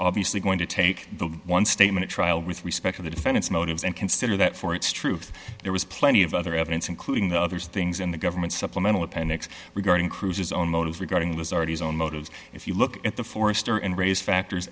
obviously going to take the one statement trial with respect to the defendant's motives and consider that for its truth there was plenty of other evidence including the others things in the government's supplemental appendix regarding cruise's own motives regarding liz already own motives if you look at the forrester and raise factors